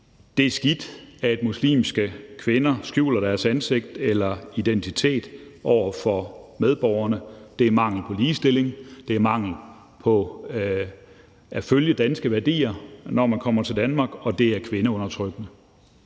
er skidt, at muslimske kvinder skjuler deres ansigt eller identitet over for medborgerne. Det er mangel på ligestilling; det er udtryk for ikke at følge danske værdier, når man kommer til Danmark; og det er kvindeundertrykkende.